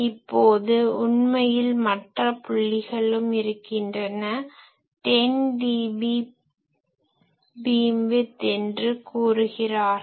இப்போது உணமையில் மற்ற புள்ளிகளும் இருக்கின்றன 10dB பீம்விட்த் என்று கூறுகிறார்கள்